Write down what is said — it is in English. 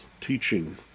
teaching